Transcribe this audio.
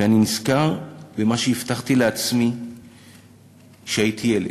ואני נזכר במה שהבטחתי לעצמי כשהייתי ילד,